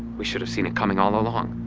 we should have seen it coming all along,